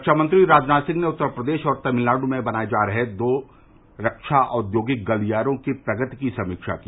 रक्षामंत्री राजनाथ सिंह ने उत्तर प्रदेश और तमिलनाडु में बनाए जा रहे दो रक्षा औद्योगिक गलियारों की प्रगति की समीक्षा की